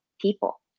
people